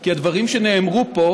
כי הדברים שנאמרו פה